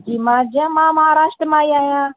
जी मां जीअं मां महाराष्ट्र मां आई आहियां